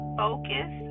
focus